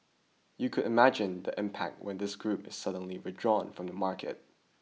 you could imagine the impact when this group is suddenly withdrawn from the market